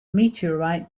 meteorite